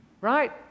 Right